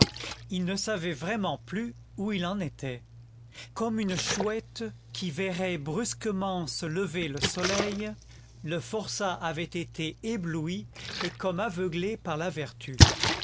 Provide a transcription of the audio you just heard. il ne savait vraiment plus où il en était comme une chouette qui verrait brusquement se lever le soleil le forçat avait été ébloui et comme aveuglé par la vertu